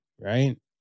right